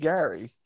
Gary